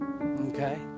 okay